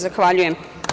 Zahvaljujem.